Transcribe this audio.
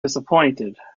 disappointed